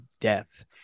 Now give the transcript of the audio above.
death